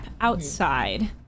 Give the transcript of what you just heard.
outside